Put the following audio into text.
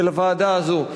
זה לוועדה הזו,